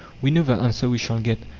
we know the answer we shall get.